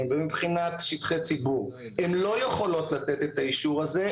ומבחינת שטחי ציבור הן לא יכולות לתת את האישור הזה,